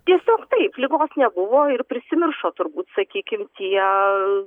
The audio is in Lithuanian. tiesiog taip ligos nebuvo ir prisimiršo turbūt sakykim tie